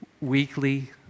weekly